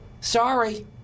Sorry